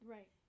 Right